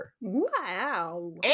Wow